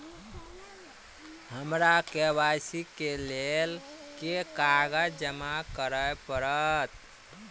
हमरा के.वाई.सी केँ लेल केँ कागज जमा करऽ पड़त?